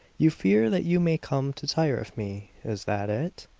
you fear that you may come to tire of me is that it?